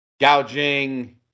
gouging